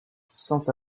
saint